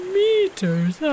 meters